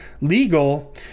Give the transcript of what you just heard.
legal